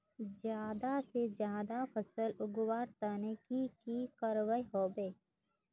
ज्यादा से ज्यादा फसल उगवार तने की की करबय होबे?